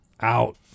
out